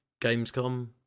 gamescom